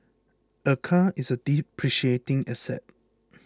a car is depreciating asset